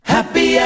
Happy